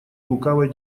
лукавой